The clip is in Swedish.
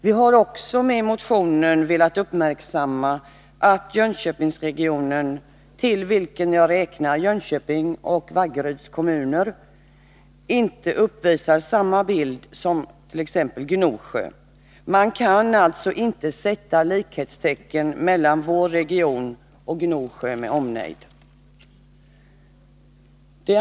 Vi har också med motionen velat framhålla att Jönköpingsregionen, till vilken jag räknar Jönköpings och Vaggeryds kommuner, inte uppvisar samma bild som t.ex. Gnosjö. Man kan alltså inte sätta likhetstecken mellan vår region och Gnosjö med omnejd.